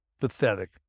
pathetic